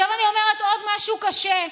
עכשיו אני אומרת עוד משהו קשה: